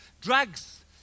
drugs